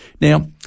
Now